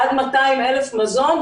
עד 200,000 מנות מזון,